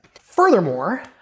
Furthermore